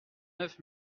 neuf